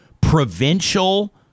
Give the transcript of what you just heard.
provincial